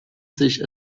sich